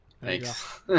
Thanks